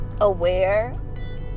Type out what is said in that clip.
aware